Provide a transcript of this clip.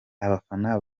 abafana